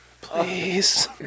please